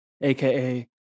aka